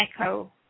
echo